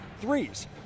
threes